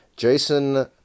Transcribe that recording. Jason